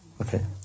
Okay